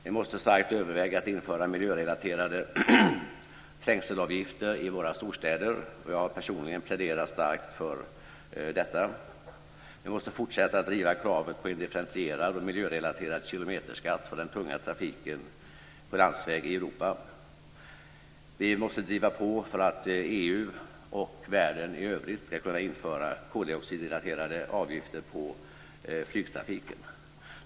Vi måste starkt överväga att införa miljörelaterade trängselavgifter i våra storstäder, och jag har personligen pläderat starkt för detta. Vi måste fortsätta att driva kravet på en differentierad och miljörelaterad kilometerskatt för den tunga trafiken på landsväg i Europa. Vi måste driva på för att EU och världen i övrigt ska kunna införa koldioxidrelaterade avgifter på flygtrafiken.